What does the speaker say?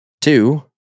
two